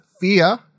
Fear